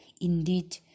Indeed